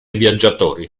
viaggiatori